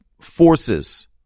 forces